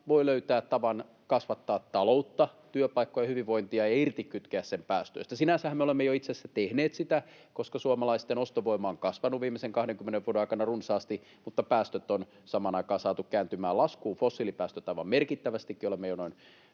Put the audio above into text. voi löytää tavan kasvattaa taloutta, työpaikkoja, hyvinvointia ja irtikytkeä sen päästöistä. Sinänsähän me olemme jo itse asiassa tehneet sitä, koska suomalaisten ostovoima on kasvanut viimeisen 20 vuoden aikana runsaasti, mutta päästöt on samaan aikaan saatu kääntymään laskuun — fossiilipäästöt aivan merkittävästikin, olemme jo noin